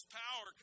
power